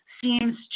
seems